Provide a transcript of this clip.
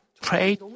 pray